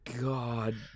God